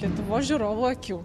lietuvos žiūrovų akių